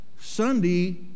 Sunday